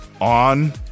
On